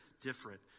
different